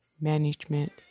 Management